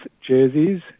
jerseys